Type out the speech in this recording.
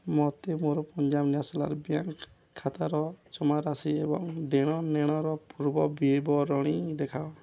ମୋତେ ମୋର Punjab National Bank ଖାତାର ଜମାରାଶି ଏବଂ ଦେଣନେଣର ପୂର୍ବବିବରଣୀ ଦେଖାଅ